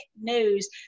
news